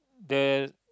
the